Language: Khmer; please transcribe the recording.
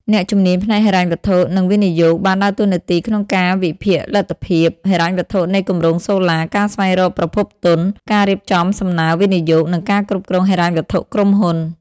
អ្នកជំនាញផ្នែកហិរញ្ញវត្ថុ និងវិនិយោគបានដើរតួនាទីក្នុងការវិភាគលទ្ធភាពហិរញ្ញវត្ថុនៃគម្រោងសូឡា ការស្វែងរកប្រភពទុន ការរៀបចំសំណើវិនិយោគ និងការគ្រប់គ្រងហិរញ្ញវត្ថុក្រុមហ៊ុន។